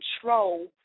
control